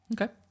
Okay